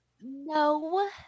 no